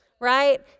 Right